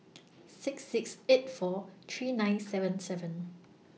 six six eight four three nine seven seven